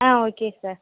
ah okay sir